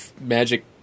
magic